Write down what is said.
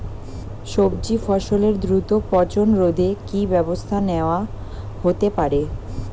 সবজি ফসলের দ্রুত পচন রোধে কি ব্যবস্থা নেয়া হতে পারে?